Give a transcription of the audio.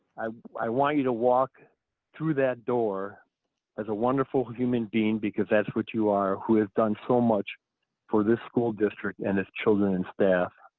i i want you to walk through that door as a wonderful human being, because that's what you are, who has done so much for this school district and its children and staff.